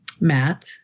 Matt